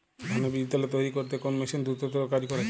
ধানের বীজতলা তৈরি করতে কোন মেশিন দ্রুততর কাজ করে?